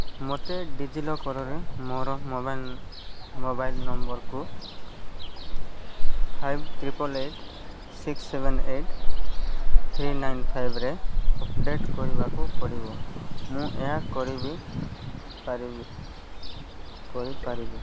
ମୋତେ ଡିଜିଲକର୍ରେ ମୋର ମୋବାଇଲ୍ ମୋର ମୋବାଇଲ୍ ନମ୍ବର୍କୁ five triple eighty six seven eighty three nine ଫାଇଭ୍ରେ ଅପଡ଼େଟ୍ କରିବାକୁ ପଡ଼ିବ ମୁଁ ଏହା କିପରି କରିପାରିବି କରିବି କରିପାରିବି